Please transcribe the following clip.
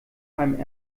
einem